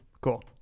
Cool